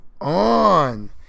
on